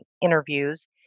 interviews